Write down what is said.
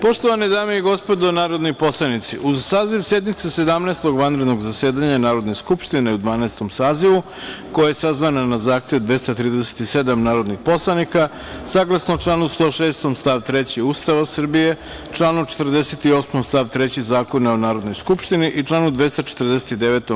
Poštovane dame i gospodo narodni poslanici, uz saziv sednice Sedamnaestog vanrednog zasedanja Narodne skupštine u Dvanaestom sazivu, koja je sazvana na zahtev 237 narodnih poslanika, saglasno članu 106. stav 3. Ustava Srbije, članu 48. stav 3. Zakona o Narodnoj skupštini i članu 249.